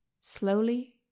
Slowly